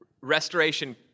restoration